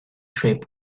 trip